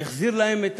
וזה החזיר להם את